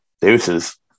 Deuces